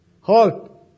Halt